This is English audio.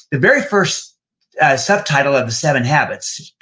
the very first subtitle of the seven habits,